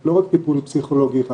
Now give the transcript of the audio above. לא רק טיפול פסיכולוגי אחד,